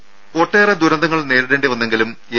രും ഒട്ടേറെ ദുരന്തങ്ങൾ നേരിടേണ്ടി വന്നെങ്കിലും എൽ